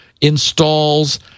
installs